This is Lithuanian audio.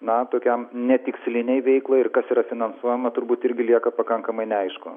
na tokiam ne tikslinei veiklai ir kas yra finansuojama turbūt irgi lieka pakankamai neaišku